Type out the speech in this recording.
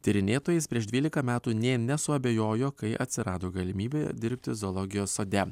tyrinėtojais prieš dvylika metų nė nesuabejojo kai atsirado galimybė dirbti zoologijos sode